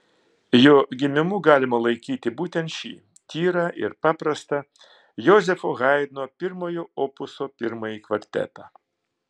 jo gimimu galima laikyti būtent šį tyrą ir paprastą jozefo haidno pirmojo opuso pirmąjį kvartetą